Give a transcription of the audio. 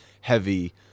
heavy